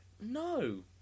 No